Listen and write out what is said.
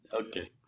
Okay